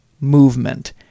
movement